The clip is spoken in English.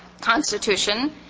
Constitution